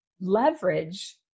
leverage